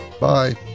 Bye